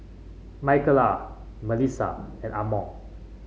Michaela Melissa and Armond